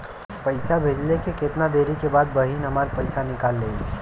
पैसा भेजले के कितना देरी के बाद बहिन हमार पैसा निकाल लिहे?